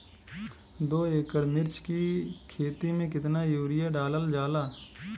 दो एकड़ मिर्च की खेती में कितना यूरिया डालल जाला?